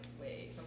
wait